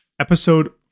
Episode